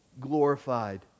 glorified